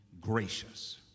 gracious